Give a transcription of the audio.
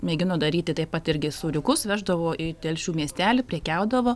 mėgino daryti taip pat irgi sūriukus veždavo į telšių miestelį prekiaudavo